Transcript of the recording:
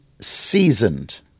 seasoned